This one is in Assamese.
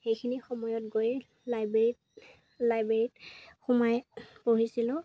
সেইখিনি সময়ত গৈ লাইব্ৰেৰীত লাইব্ৰেৰীত সোমাই পঢ়িছিলোঁ